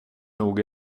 nog